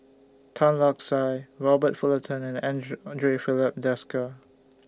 Tan Lark Sye Robert Fullerton and Andre Filipe Desker